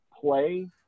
play